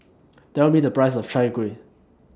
Tell Me The Price of Chai Kueh